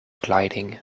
gliding